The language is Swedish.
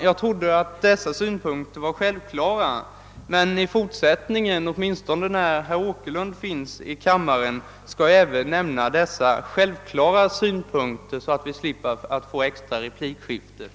Jag trodde att dessa synpunkter var självklara, men i fortsättningen — åtminstone när herr Åkerlind finns i kammaren — skall jag även nämna självklara synpunkter, så att vi slipper få extra replikskiften.